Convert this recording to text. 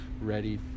ready